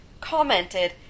commented